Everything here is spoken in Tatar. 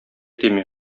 тими